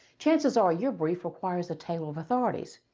chances are your brief requires a table of authorities.